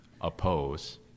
oppose